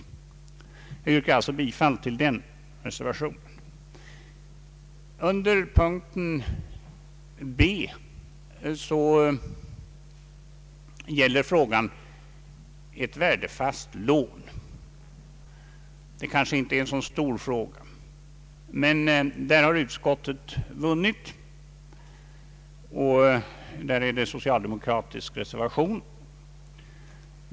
Jag yrkar bifall till den reservationen. Under punkten B, som gäller frågan om ett värdefast lån — det är väl inte någon stor fråga —, har de borgerliga representanterna i utskottet vunnit, och det föreligger alltså en socialdemokratisk reservation.